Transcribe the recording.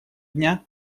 дня